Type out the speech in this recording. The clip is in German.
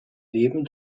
leben